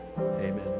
Amen